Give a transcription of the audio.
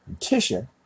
Tisha